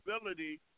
ability